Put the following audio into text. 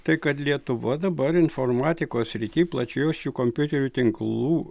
tai kad lietuva dabar informatikos srity plačiajuosčių kompiuterių tinklų